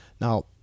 Now